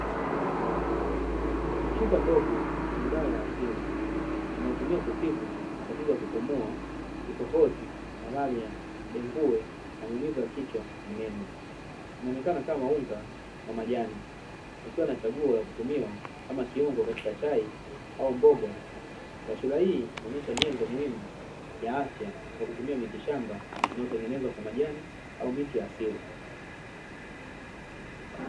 Chupa ndogo yenye dawa ya asili inayotumika kutibu matatizo ya kupumua, kikohozi, malaria, dengue, na maumivu ya kichwa na meno. Inaonekana kama unga wa majani, ikiwa na chaguo la kutumiwa kama kiungo katika chai au mboga. Taswira hii inaonyesha nyenzo muhimu ya afya kwa kutumia miti shamba inayotengenezwa kwa majani au miti ya asili.